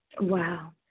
Wow